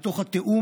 בתוך התיאום.